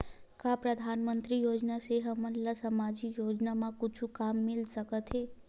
का परधानमंतरी योजना से हमन ला सामजिक योजना मा कुछु काम मिल सकत हे?